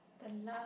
the last